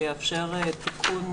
שיאפשר תיקון,